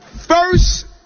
First